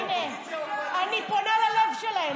הינה, אני פונה ללב שלהם.